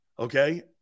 Okay